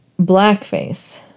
blackface